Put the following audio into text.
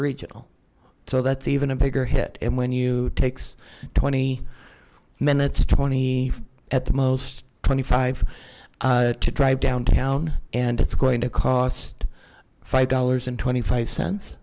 regional so that's even a bigger hit and when you takes twenty minutes twenty at the most twenty five to drive downtown and it's going to cost five dollars twenty five cents